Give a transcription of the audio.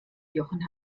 jochen